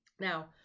Now